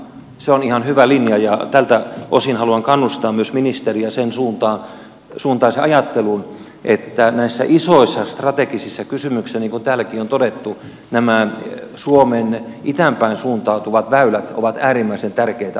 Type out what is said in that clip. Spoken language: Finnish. se on ihan hyvä linja ja tältä osin haluan kannustaa myös ministeriä sen suuntaiseen ajatteluun että näissä isoissa strategisissa kysymyksissä niin kuin täälläkin on todettu nämä suomen itään päin suuntautuvat väylät ovat äärimmäisen tärkeitä asioita